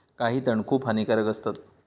काही तण खूप हानिकारक असतत